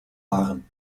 waren